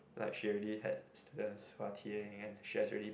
like she already had far T_A and she has already